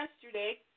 yesterday